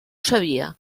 sabia